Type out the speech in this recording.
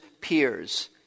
peers